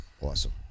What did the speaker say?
Awesome